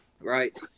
right